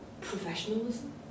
professionalism